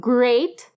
Great